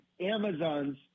Amazon's